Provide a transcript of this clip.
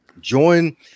join